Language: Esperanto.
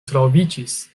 troviĝis